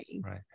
Right